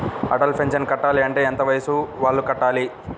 Atal pension కట్టాలి అంటే ఎంత వయసు వాళ్ళు కట్టాలి?